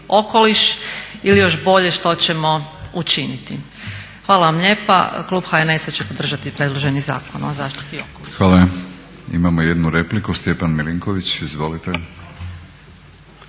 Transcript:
okoliš ili još bolje što ćemo učiniti. Hvala vam lijepa. Klub HNS-a će podržati predloženi Zakon o zaštiti okoliša. **Batinić, Milorad (HNS)** Hvala. Imamo jednu repliku, Stjepan Milinković. Izvolite.